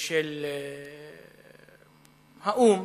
ושל האו"ם